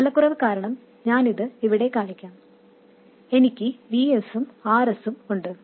സ്ഥലക്കുറവ് കാരണം ഞാൻ അത് ഇവിടെ കാണിക്കാം എനിക്ക് Vs ഉം Rs ഉം ഉണ്ട്